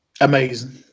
Amazing